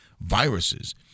viruses